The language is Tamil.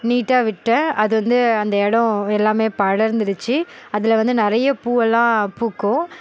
நீட்டாக விட்டேன் அது வந்து அந்த எடம் எல்லாமே படர்ந்திடுச்சி அதில் வந்து நிறைய பூவெல்லாம் பூக்கும்